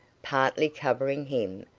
partly covering him,